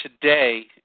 today